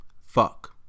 Fuck